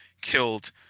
killed